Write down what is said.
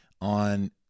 on